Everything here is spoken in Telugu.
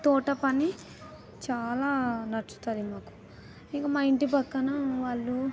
తోట పని చాలా నచ్చుతుంది మాకు ఇంకా మా ఇంటి పక్కన వాళ్ళు